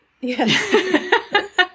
Yes